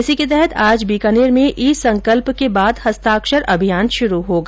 इसी के तहत आज बीकानेर में ई संकल्प के बाद हस्ताक्षर अभियान शुरू होगा